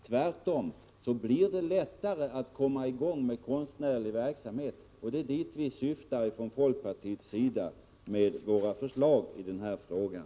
Tvärtom blir det lättare att komma i gång med konstnärlig verksamhet — och det är dit vi syftar från folkpartiets sida med våra förslag i den här frågan.